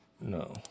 No